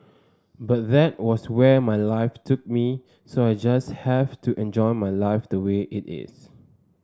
but that was where my life took me so I just have to enjoy my life the way it is